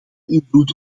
invloed